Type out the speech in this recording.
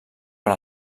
per